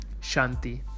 shanti